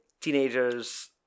teenagers